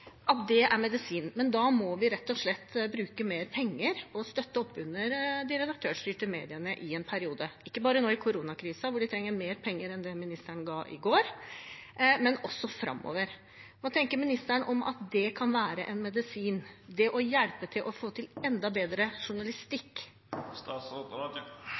redaktørstyrte mediene i en periode – ikke bare nå i koronakrisen, men også framover – da de trenger mer penger enn ministeren ga i går. Hva tenker ministeren om at det kan være en medisin for å hjelpe til med å få til enda bedre